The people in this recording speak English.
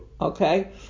Okay